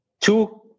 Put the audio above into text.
two